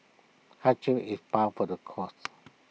hardship is par for the course